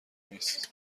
نیست